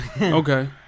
Okay